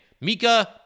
Mika